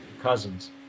cousins